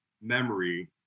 memory